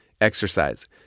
Exercise